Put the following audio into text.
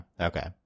Okay